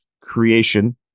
creation